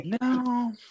No